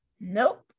Nope